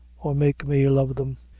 or make me love them.